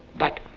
but,